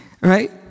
Right